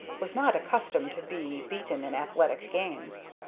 was not accustomed to be beaten in athletic games.